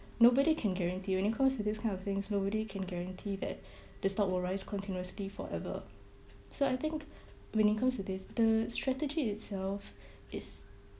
nobody can guarantee on it cause it this kind of things nobody can guarantee that the stock will rise continuously forever so I think when it comes to this the strategy itself is